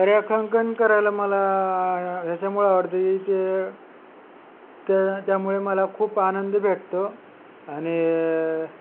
रेखांंकन करायला मला ह्याच्यामुळं आवडतं ते त्या त्यामुळे मला खूप आनंद भेटतो आणि